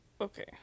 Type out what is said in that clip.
okay